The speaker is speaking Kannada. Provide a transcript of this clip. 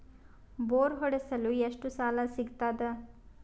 ಬೋರ್ ಹೊಡೆಸಲು ಎಷ್ಟು ಸಾಲ ಸಿಗತದ?